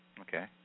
okay